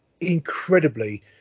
incredibly